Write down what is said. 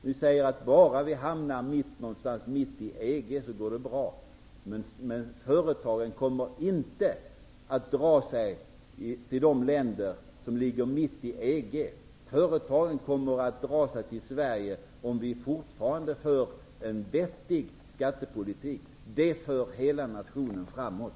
Ni säger att det går bra om vi hamnar någonstans mitt i EG. Men företagen kommer inte att dra sig till de länder som ligger mitt i EG. Företagen kommer att dra sig till Sverige, om vi fortfarande för en vettig skattepolitik. Det för hela nationen framåt.